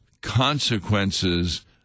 consequences